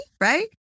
Right